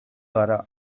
gara